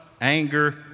anger